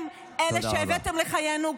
אתם אלה שהבאתם לחיינו,